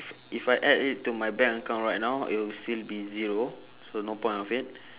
if I add it to my bank account right now it will still be zero so no point of it